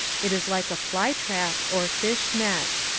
it is like a fly-trap, or fish-net.